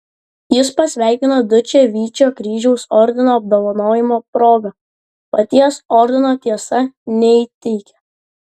jis pasveikino dučę vyčio kryžiaus ordino apdovanojimo proga paties ordino tiesa neįteikė